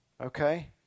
okay